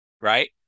right